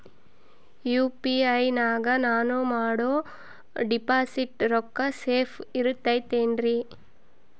UPI ನಾಗ ನಾನು ಮಾಡೋ ಡಿಪಾಸಿಟ್ ರೊಕ್ಕ ಸೇಫ್ ಇರುತೈತೇನ್ರಿ?